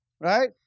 Right